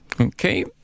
Okay